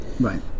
Right